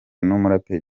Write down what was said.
n’umuraperi